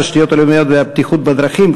התשתיות הלאומיות והבטיחות בדרכים,